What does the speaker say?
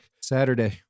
Saturday